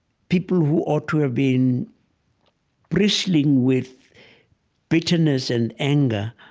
people who ought to have been bristling with bitterness and anger,